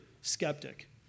skeptic